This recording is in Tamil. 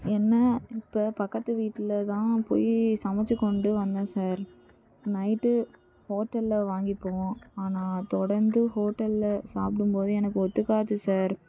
என்ன இப்போ பக்கத்து வீட்டில் தான் போய் சமைத்து கொண்டு வந்தேன் சார் நைட்டு ஹோட்டலில் வாங்கிக்குவோம் ஆனால் தொடர்ந்து ஹோட்டலில் சாப்பிடும் போது எனக்கு ஒத்துக்காது சார்